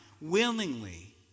willingly